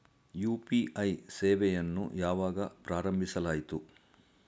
UPI ಸೇವೆಯನ್ನು ಯಾವಾಗ ಪ್ರಾರಂಭಿಸಲಾಯಿತು?